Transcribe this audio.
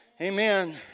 Amen